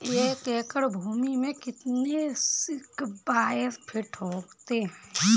एक एकड़ भूमि में कितने स्क्वायर फिट होते हैं?